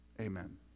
Amen